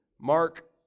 Mark